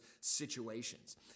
situations